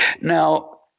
now